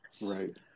Right